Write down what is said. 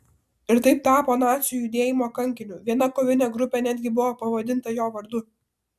ir taip tapo nacių judėjimo kankiniu viena kovinė grupė netgi buvo pavadinta jo vardu